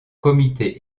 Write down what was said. comité